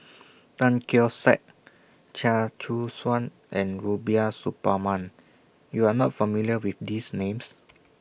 Tan Keong Saik Chia Choo Suan and Rubiah Suparman YOU Are not familiar with These Names